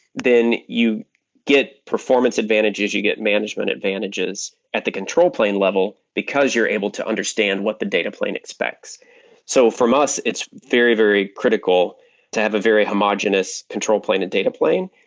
then you get performance advantages, you get management advantages at the control plane level, because you're able to understand what the data plane expects so from us, it's very, very critical to have a very homogeneous control plane and data plane,